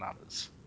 others